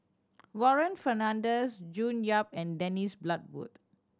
Warren Fernandez June Yap and Dennis Bloodworth